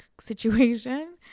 situation